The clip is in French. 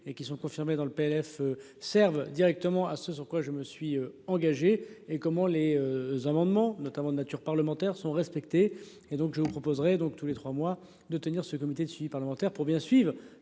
Et qui sont confirmées dans le PLF serve directement à ce sur quoi je me suis engagé et comment les amendements, notamment de nature parlementaire sont respectées et donc je vous proposerai donc tous les 3 mois de tenir ce comité de suivi parlementaire pour bien suivre